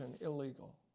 illegal